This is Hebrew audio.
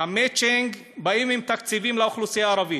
המצ'ינג, באים עם תקציבים לאוכלוסייה הערבית.